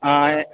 हां